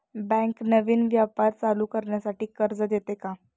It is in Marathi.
बँक नवीन व्यापार चालू करण्यासाठी कर्ज देते का?